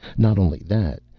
not only that,